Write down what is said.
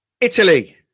Italy